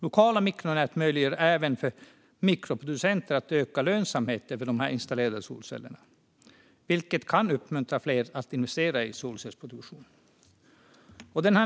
Lokala mikronät möjliggör även för mikroproducenter att öka lönsamheten för de installerade solcellerna, vilket kan uppmuntra fler att investera i solelsproduktion.